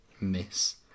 miss